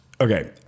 Okay